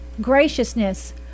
graciousness